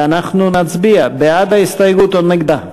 ואנחנו נצביע, בעד ההסתייגות או נגדה.